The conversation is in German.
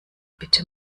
bitte